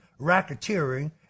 racketeering